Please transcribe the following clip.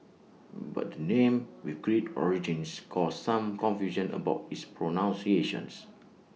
but the name with Greek origins caused some confusion about its pronunciation